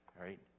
right